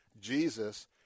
Jesus